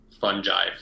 fungi